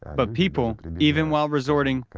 but people, even while resorting,